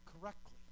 correctly